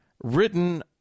written